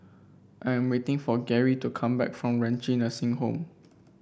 I'm waiting for Garry to come back from Renci Nursing Home